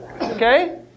Okay